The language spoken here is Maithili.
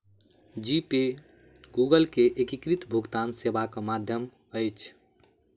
जी पे गूगल के एकीकृत भुगतान सेवाक माध्यम अछि